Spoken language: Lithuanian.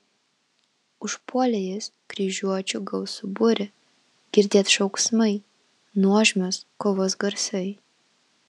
užpuolė jis kryžiuočių gausų būrį girdėt šauksmai nuožmios kovos garsai